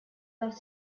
dels